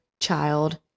child